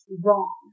wrong